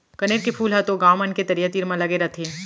कनेर के फूल ह तो गॉंव मन के तरिया तीर म लगे रथे